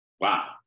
Wow